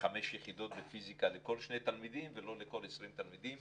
חמש יחידות בפיזיקה לכל שני תלמידים ולא לכל 20 תלמידים